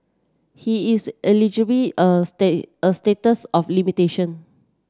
he is a state a statues of limitation